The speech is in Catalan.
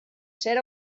ser